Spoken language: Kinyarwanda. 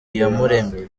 iyamuremye